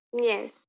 Yes